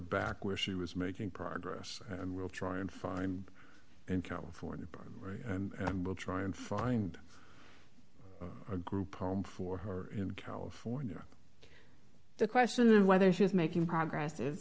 back where she was making progress and will try and find and california and will try and find a group home for her in california the question of whether she is making progress is